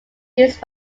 used